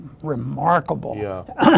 remarkable